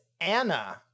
Anna